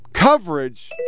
coverage